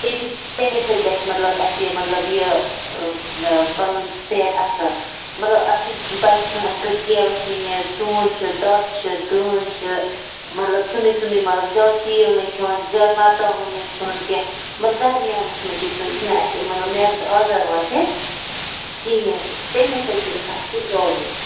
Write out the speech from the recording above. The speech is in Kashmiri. تیٚلہِ تٔمی سۭتۍ گژھِ مطلب اَسہِ یہِ مطلب یہِ پَنُن صحت اَصٕل مطلب اَسی پَزِ کھیوٚن اَسہِ پَزِ کیلہٕ کھینہِ ژھوٗنٹھۍ چھِ دَچھ چھِ دٲن چھِ مطلب سیُنٕے سیُنٕے مطلب زیادٕ تیٖل نہٕ کھیوٚن زیادٕ مَرژٕوانٛگُن نہٕ کھیوٚن کیٚنہہ مطلب درمِیانَس منٛز چھِ کھیوٚن یہِ نہ اَسہِ مطلب میادَس آزار واتہِ کِہیٖنۍ تٔمی سۭتۍ چھِ گژھان اَسہِ یہِ پرابلِم